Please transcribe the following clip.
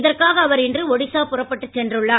இதற்காக இன்று ஒடிசா புறப்பட்டு சென்றுள்ளார்